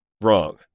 Wrong